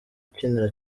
ukinira